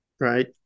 Right